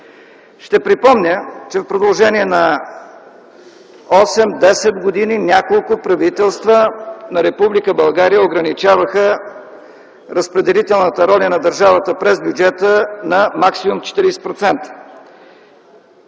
Ще припомня, че в продължение на 8-10 години няколко правителства на Република България ограничаваха разпределителната роля на държавата през бюджета на максимум 40%.